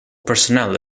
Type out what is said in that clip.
personnel